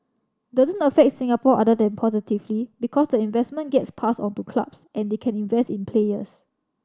doesn't affect Singapore other than positively because the investment gets passed on to clubs and they can invest in players